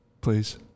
please